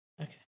Okay